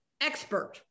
expert